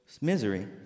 misery